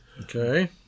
Okay